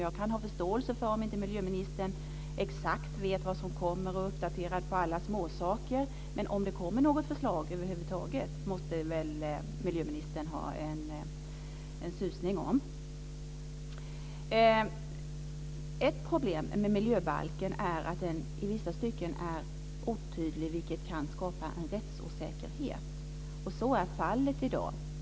Jag kan förstå om inte miljöministern exakt vet vad som kommer och är uppdaterad på alla småsaker, men huruvida det över huvud taget kommer ett förslag måste väl miljöministern ha en susning om. Ett problem med miljöbalken är att den i vissa stycken är otydlig, vilket kan skapa en rättsosäkerhet. Så är fallet i dag.